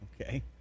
Okay